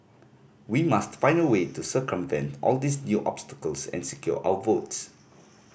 we must find a way to circumvent all these new obstacles and secure our votes